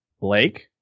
Blake